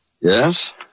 Yes